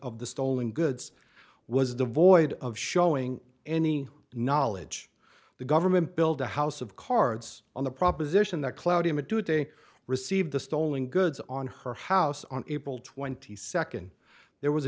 of the stolen goods was devoid of showing any knowledge of the government build a house of cards on the proposition that cloud image to day received the stolen goods on her house on april twenty second there was